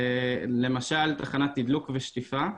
למשל תחנת תדלוק ושטיפה.